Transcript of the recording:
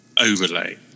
overlay